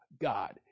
God